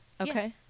okay